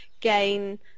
gain